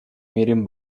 میریم